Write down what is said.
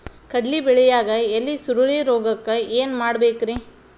ಕಡ್ಲಿ ಬೆಳಿಯಾಗ ಎಲಿ ಸುರುಳಿರೋಗಕ್ಕ ಏನ್ ಮಾಡಬೇಕ್ರಿ?